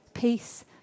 Peace